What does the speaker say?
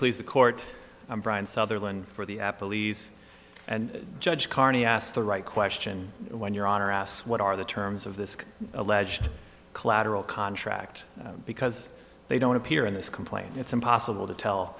please the court brian sutherland for the apple e's and judge carney asked the right question when your honor asks what are the terms of this alleged collateral contract because they don't appear in this complaint it's impossible to tell